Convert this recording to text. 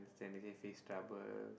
then they say face troubles